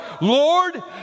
Lord